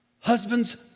husbands